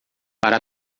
para